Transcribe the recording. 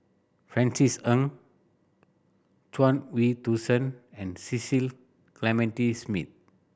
Francis Ng Chuang Hui Tsuan and Cecil Clementi Smith